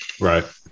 Right